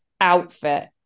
outfit